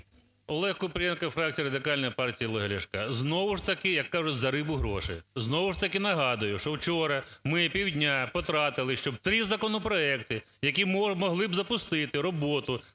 ОлегКупрієнко, фракція Радикальної партії Олега Ляшка. Знову ж таки, як кажуть, за рибу гроші. Знову ж таки нагадую, що вчора ми півдня потратили, щоб три законопроекти, які б могли запустити роботу